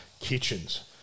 Kitchens